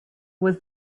was